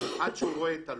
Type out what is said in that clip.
עד שהוא רואה את הלול.